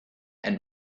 and